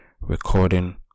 recording